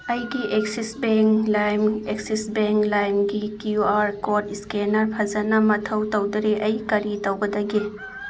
ꯑꯩꯒꯤ Axis bank ꯂꯥꯏꯝ Axis bank ꯂꯥꯏꯝꯒꯤ ꯀ꯭ꯌꯨ ꯑꯥꯔ ꯀꯣꯗ ꯏꯁꯀꯦꯟꯅꯔ ꯐꯖꯅ ꯃꯊꯧ ꯇꯧꯗꯔꯦ ꯑꯩ ꯀꯔꯤ ꯇꯧꯒꯗꯒꯦ